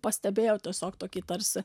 pastebėjau tiesiog tokį tarsi